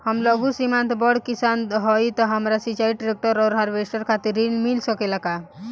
हम लघु सीमांत बड़ किसान हईं त हमरा सिंचाई ट्रेक्टर और हार्वेस्टर खातिर ऋण मिल सकेला का?